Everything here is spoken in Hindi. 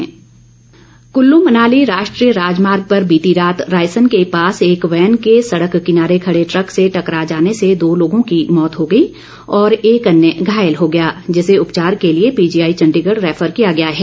दुर्घटना कुल्लू मनाली राष्ट्रीय राजमार्ग पर बीती रात रायसन के पास एक वैन के सड़क किनारे खड़े ट्रक से टकरा जाने से दो लोगों की मौत हो गई और एक अन्य घायल हो गया जिसे उपचार के लिए पीजी आई चण्डीगढ़ रैफर किया गया है